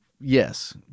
Yes